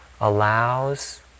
allows